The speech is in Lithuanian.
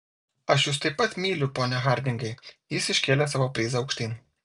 aš jus taip pat myliu pone hardingai jis iškėlė savo prizą aukštyn